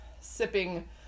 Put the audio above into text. sipping